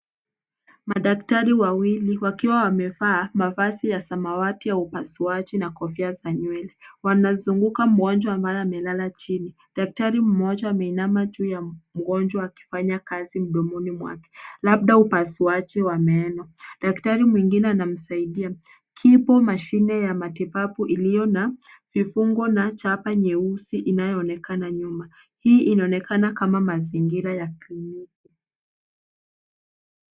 Madaktari wawili, wakiwa wamevaa, mavazi ya samawati ya upasuaji na kofia za nywele. Wanazunguka mgonjwa akiwa amelala chini. Daktari mmoja ameinama juu ya mgonjwa akifanya kazi mdomoni mwake, labda upasuaji wa meno. Daktari mwingine anamsaidia. Kipo mashine ya matibabu iliyo na vifungo na chapa nyeusi, inayoonekana nyuma. Hii inaonekana kama mazingira ya kliniki.